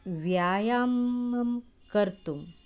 व्यायामं कर्तुं